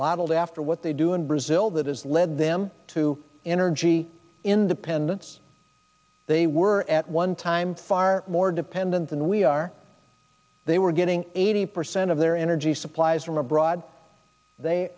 to after what they do in brazil that has led them to energy independence they were at one time far more dependent than we are they were getting eighty percent of their energy supplies from abroad they